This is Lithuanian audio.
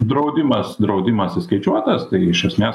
draudimas draudimas įskaičiuotas tai iš esmės